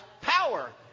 power